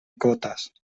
cotes